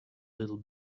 little